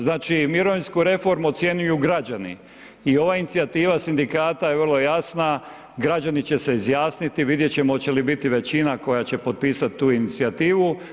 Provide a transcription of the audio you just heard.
Znači mirovinsku reformu ocjenjuju građani i ova inicijativa sindikata je vrlo jasna, građani će se izjasniti, vidjet ćemo oće li biti koja će potpisati tu inicijativu.